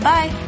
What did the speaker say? Bye